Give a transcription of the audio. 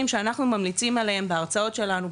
שאנחנו ממליצים עליהם בהרצאות שלנו,